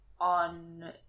on